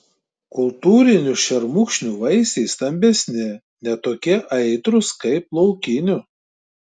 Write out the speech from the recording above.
kultūrinių šermukšnių vaisiai stambesni ne tokie aitrūs kaip laukinių